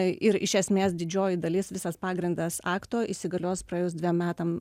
ir iš esmės didžioji dalis visas pagrindas akto įsigalios praėjus dviem metam